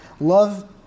love